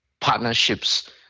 partnerships